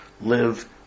live